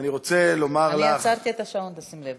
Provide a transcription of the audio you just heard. אני רוצה לומר לך, אני עצרתי את השעון, שים לב.